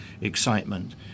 excitement